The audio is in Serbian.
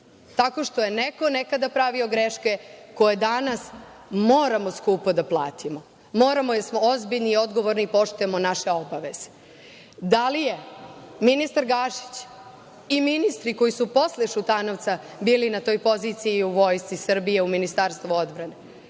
tako što je neko nekada pravio greške koje danas moramo skupo da platimo? Moramo, jer smo ozbiljni i odgovorni i poštujemo naše obaveze. Da li je ministar Gašić i ministri koji su posle Šutanovca bili na toj poziciji u Vojsci Srbije u Ministarstvu odbrane,